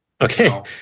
Okay